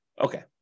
Okay